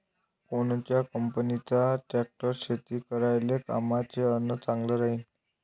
कोनच्या कंपनीचा ट्रॅक्टर शेती करायले कामाचे अन चांगला राहीनं?